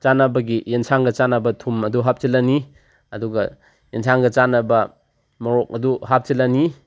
ꯆꯥꯟꯅꯕꯒꯤ ꯑꯦꯟꯁꯥꯡꯒ ꯆꯥꯟꯅꯕ ꯊꯨꯝ ꯑꯗꯨ ꯍꯥꯞꯆꯤꯜꯂꯅꯤ ꯑꯗꯨꯒ ꯑꯦꯟꯁꯥꯡꯒ ꯆꯥꯟꯅꯕ ꯃꯣꯔꯣꯛ ꯑꯗꯨ ꯍꯥꯞꯆꯤꯜꯂꯅꯤ